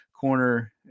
corner